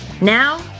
Now